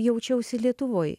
jaučiausi lietuvoj